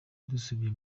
dusubiye